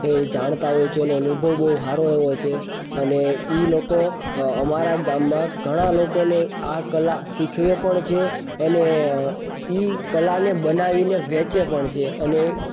એ જાણતા હોય છે અને અનુભવ બહુ સારો હોય છે અને એ લોકો અમારા ગામમાં ઘણા લોકોને આ કલા શીખવે પણ છે અને આ કલાને બનાવીને વેચે પણ છે અને